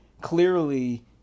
clearly